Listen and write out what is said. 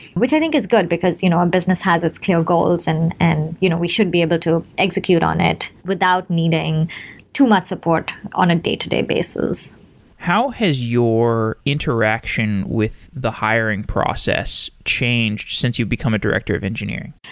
which i think is good, because you know a business has its clear goals and and you know we should be able to execute on it without needing too much support on a day-to-day basis how has your interaction with the hiring process changed since you've become a director of engineering?